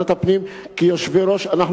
אם זה ועדת הפנים: כיושבי-ראש אנחנו